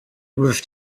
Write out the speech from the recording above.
was